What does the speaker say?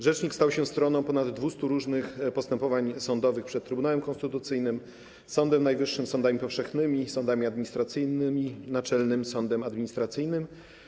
Rzecznik stał się stroną ponad 200 różnych postępowań sądowych przed Trybunałem Konstytucyjnym, Sądem Najwyższym, sądami powszechnymi, sądami administracyjnymi, Naczelnym Sądem Administracyjnym.